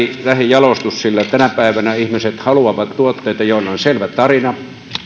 lähijalostus sillä tänä päivänä ihmiset haluavat tuotteita joilla on selvä tarina